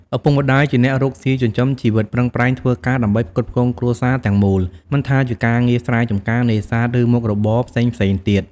ឪពុកម្ដាយជាអ្នករកស៊ីចិញ្ចឹមជីវិត ប្រឹងប្រែងធ្វើការដើម្បីផ្គត់ផ្គង់គ្រួសារទាំងមូល មិនថាជាការងារស្រែចម្ការ នេសាទ ឬមុខរបរផ្សេងៗទៀត។